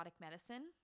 medicine